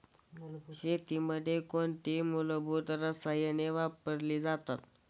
शेतीमध्ये कोणती मूलभूत रसायने वापरली जातात?